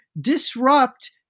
disrupt